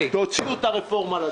תוציאו את הרפורמה לדרך.